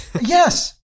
Yes